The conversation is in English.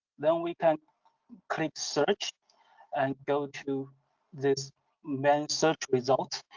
then we can click search and go to this main search results.